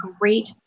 great